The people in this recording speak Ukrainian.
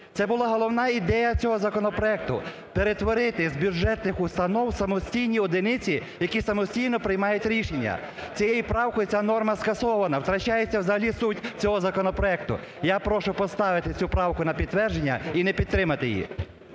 Це була головна ідея цього законопроект – перетворити з бюджетних установ самостійні одиниці, які самостійно приймають рішення. Цією правкою ця норма скасована, втрачається взагалі суть цього законопроекту. Я прошу поставити цю правку на підтвердження і не підтримати її.